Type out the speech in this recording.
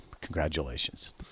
congratulations